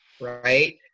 right